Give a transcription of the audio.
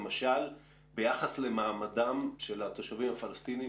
למשל ביחס למעמדם של התושבים הפלסטיניים